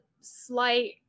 slight